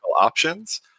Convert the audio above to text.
options